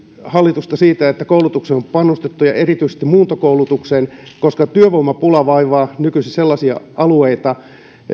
hallitusta siitä että koulutukseen on panostettu ja erityisesti muuntokoulutukseen koska työvoimapula vaivaa nykyisin sellaisia alueita